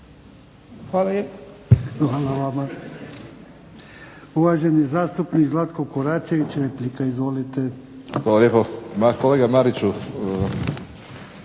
Hvala vama.